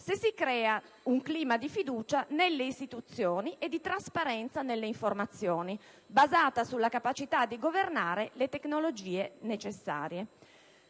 se si crea un clima di fiducia nelle istituzioni e di trasparenza delle informazioni basata sulla capacità di governare le tecnologie necessarie».